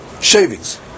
shavings